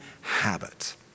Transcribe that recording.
habit